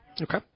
okay